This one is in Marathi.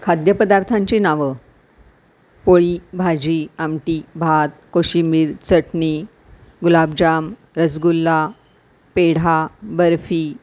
खाद्यपदार्थांची नावं पोळी भाजी आमटी भात कोशिंबीर चटणी गुलाबजाम रसगुल्ला पेढा बर्फी